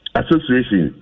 association